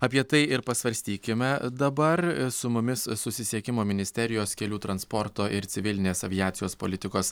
apie tai ir pasvarstykime dabar su mumis susisiekimo ministerijos kelių transporto ir civilinės aviacijos politikos